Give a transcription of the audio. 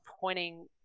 pointing